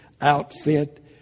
outfit